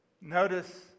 Notice